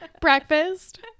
Breakfast